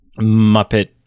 Muppet